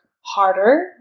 harder